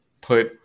put